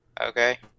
Okay